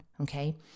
okay